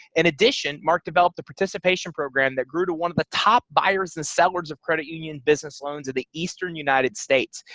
in addition mark developed the participation program that grew to one of the top buyers and sellers of credit union business loans in the eastern united states.